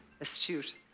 astute